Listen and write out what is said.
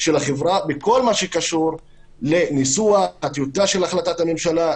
של החברה בכל מה שקשור לניסוח הטיוטה של החלטת הממשלה.